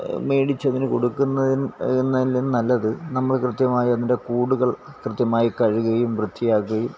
മേടിച്ച് അതിന് കൊടുക്കുന്നതിലും നല്ലത് നമ്മൾ കൃത്യമായി അതിൻറെ കൂടുകൾ കൃത്യമായി കഴുകുകയും വൃത്തിയാക്കുകയും